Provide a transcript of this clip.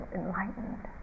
enlightened